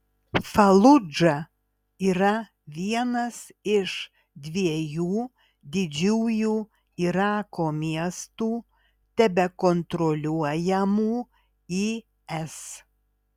faludža yra vienas iš dviejų didžiųjų irako miestų tebekontroliuojamų is